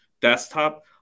desktop